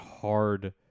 hard